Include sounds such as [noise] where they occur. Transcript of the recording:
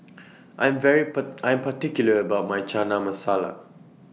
I Am very [unintelligible] I Am particular about My Chana Masala